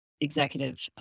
executive